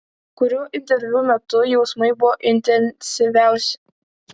kuriuo interviu metu jausmai buvo intensyviausi